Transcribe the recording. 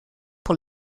pour